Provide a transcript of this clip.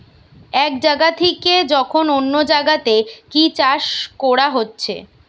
এক জাগা থিকে যখন অন্য জাগাতে কি চাষ কোরা হচ্ছে